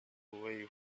away